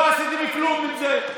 לא עשיתם כלום עם זה.